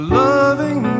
loving